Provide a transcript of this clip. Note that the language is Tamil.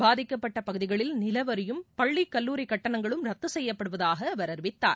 பாதிக்கப்பட்ட பகுதிகளில் நில வரியும் பள்ளி கல்லூரி கட்டணங்களும் ரத்து செய்யப்படுவதாக அவர் அறிவித்தார்